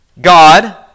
God